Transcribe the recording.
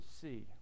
see